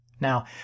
Now